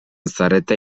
zarete